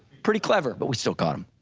pretty clever, but we still caught him.